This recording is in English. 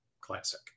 Classic